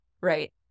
Right